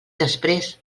després